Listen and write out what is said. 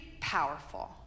powerful